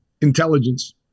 intelligence